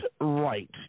right